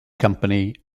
company